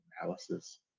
analysis